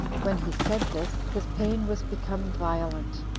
when he said this, his pain was become violent.